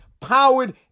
powered